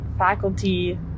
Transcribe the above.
Faculty